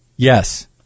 Yes